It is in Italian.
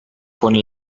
pone